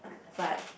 but